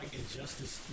injustice